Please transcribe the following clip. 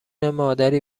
مادری